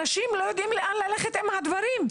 אנשים לא יודעים לאן ללכת עם הדברים.